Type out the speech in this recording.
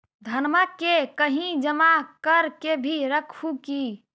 धनमा के कहिं जमा कर के भी रख हू की?